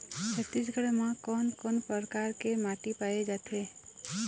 छत्तीसगढ़ म कोन कौन प्रकार के माटी पाए जाथे?